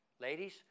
Ladies